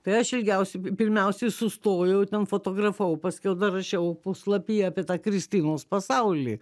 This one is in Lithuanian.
kai aš ilgiausiai pirmiausiai sustojau ir ten fotografavau paskiau rašiau puslapyje apie tą kristinos pasaulį